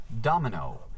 Domino